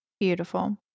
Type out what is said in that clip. Beautiful